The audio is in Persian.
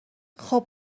خوب